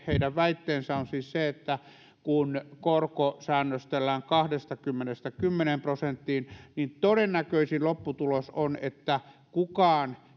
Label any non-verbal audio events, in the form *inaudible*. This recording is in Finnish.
heidän pääväitteensä on siis se että kun korko säännöstellään kahdestakymmenestä kymmeneen prosenttiin niin todennäköisin lopputulos on että kukaan *unintelligible*